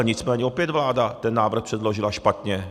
Nicméně opět vláda ten návrh předložila špatně.